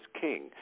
king